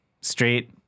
straight